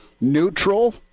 neutral